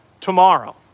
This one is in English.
tomorrow